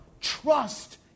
Trust